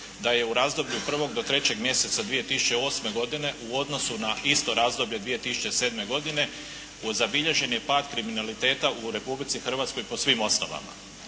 da je u razdoblju 1. do 3. mjeseca 2008. godine u odnosu na isto razdoblje 2007. godine, zabilježen je pad kriminaliteta u Republici Hrvatskoj po svim osnovama.